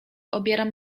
obieram